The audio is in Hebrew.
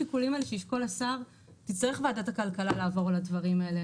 השיקולים האלה שישקול השר היא תצטרך לעבור על הדברים האלה.